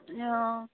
অঁ